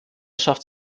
schafft